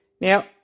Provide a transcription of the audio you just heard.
Now